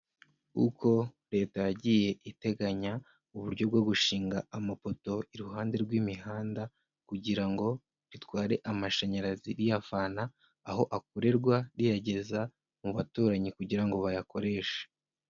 Uko leta yagiye iteganya uburyo bwo gushinga amapoto iruhande rw'imihanda kugira ngo ritware amashanyarazi iyavana aho akorerwa riyageza mu baturanyi kugira ngo bayakoreshe.